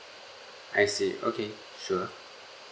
I see okay sure